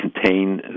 contain